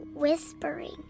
Whispering